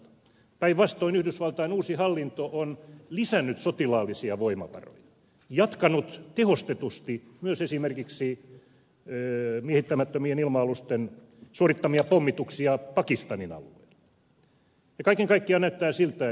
päinvastoin yhdysvaltain uusi hallinto on lisännyt sotilaallisia voimavaroja jatkanut tehostetusti myös esimerkiksi miehittämättömien ilma alusten suorittamia pommituksia pakistanin alueella